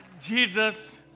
Jesus